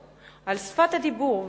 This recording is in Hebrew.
על שפת הדיבור,